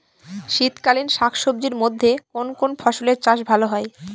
শীতকালীন শাকসবজির মধ্যে কোন কোন ফসলের চাষ ভালো হয়?